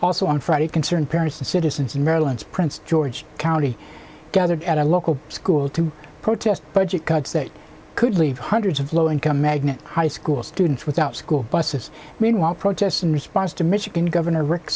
also on friday concerned parents and citizens in maryland's prince george's county gathered at a local school to protest budget cuts that could leave hundreds of low income magnet high school students without school buses meanwhile protest in response to michigan governor rick